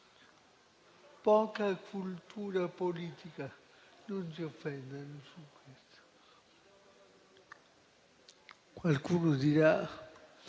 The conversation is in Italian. poca cultura politica. Non si offendano per questo. Qualcuno dirà